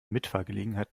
mitfahrgelegenheit